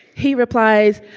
he replies,